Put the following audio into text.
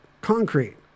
concrete